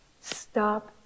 Stop